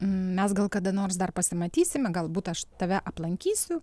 mes gal kada nors dar pasimatysime galbūt aš tave aplankysiu